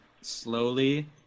slowly